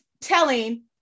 telling